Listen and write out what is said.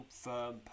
firm